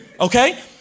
okay